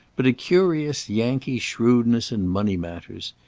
but a curious yankee shrewdness in money matters.